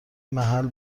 محل